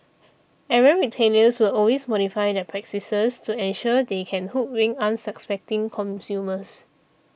errant retailers will always modify their practices to ensure they can hoodwink unsuspecting consumers